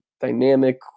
dynamic